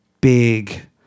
big